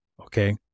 Okay